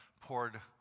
poured